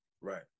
Right